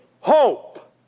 hope